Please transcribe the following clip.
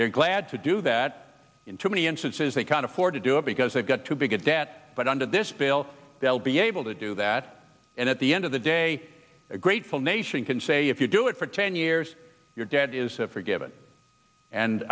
they're glad to do that in too many instances they can't afford to do it because they've got too big a debt but under this bill they'll be able to do that and at the end of the day a grateful nation can say if you do it for ten years your debt is forgiven and